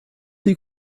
die